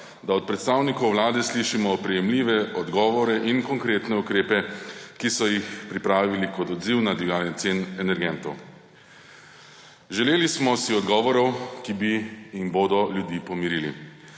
da od predstavnikov Vlade slišimo oprijemljive odgovore in konkretne ukrepe, ki so jih pripravili kot odziv na divjanje cen energentov. Želeli smo si odgovorov, ki bi in bodo ljudi pomirili.